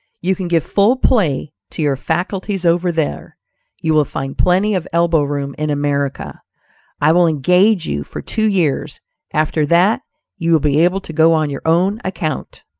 you can give full play to your faculties over there you will find plenty of elbowroom in america i will engage you for two years after that you will be able to go on your own account.